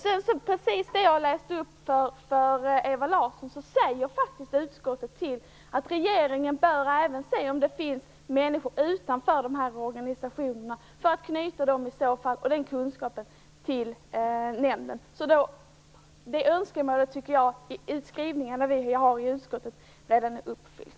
Utskottet säger precis det jag läste upp för Ewa Larsson - att regeringen även bör se om det finns människor och kunskap utanför organisationerna som kan knytas till nämnden. Detta önskemål i utskottets skrivningar tycker jag redan är uppfyllt.